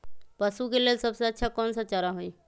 पशु के लेल सबसे अच्छा कौन सा चारा होई?